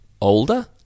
older